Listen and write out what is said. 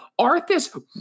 Arthas